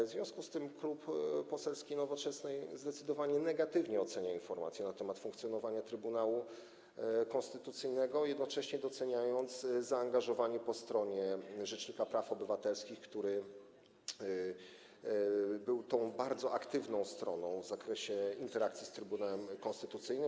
W związku z tym Klub Poselski Nowoczesna zdecydowanie negatywnie ocenia informacje nt. funkcjonowania Trybunału Konstytucyjnego, jednocześnie doceniając zaangażowanie po stronie rzecznika praw obywatelskich, który był tą bardzo aktywną stroną w zakresie interakcji z Trybunałem Konstytucyjnym.